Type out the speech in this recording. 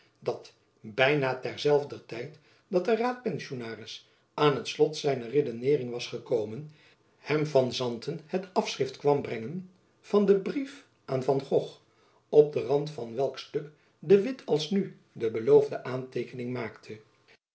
dat byna terzelfder tijd dat de raadpensionaris aan t slot zijner redeneering was gekomen hem van santen het afschrift kwam brengen van den brief aan van gogh op den rand van welk stuk de witt alsnu de beloofde aanteekening maakte